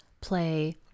play